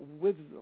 wisdom